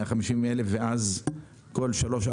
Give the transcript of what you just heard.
150,000 ואז כל שלוש,